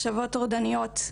מחשבות טורדניות,